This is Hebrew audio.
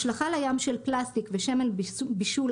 השלכה לים של פלסטיק ושמן בישול,